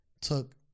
took